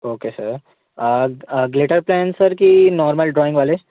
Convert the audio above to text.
okay sir glitter pen sir कि normal drawing वाले